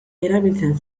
erabiltzen